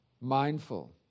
mindful